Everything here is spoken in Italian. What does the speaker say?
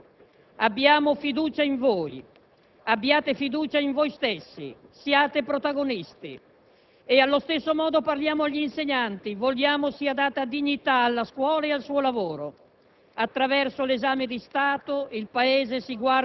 Vogliamo trasmettere agli studenti un messaggio chiaro: abbiamo fiducia in voi, abbiate fiducia in voi stessi. Siate protagonisti. E allo stesso modo parliamo agli insegnanti: vogliamo sia data dignità alla scuola e al suo lavoro.